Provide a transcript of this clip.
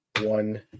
one